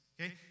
Okay